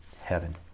heaven